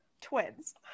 twins